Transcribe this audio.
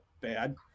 bad